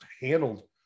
handled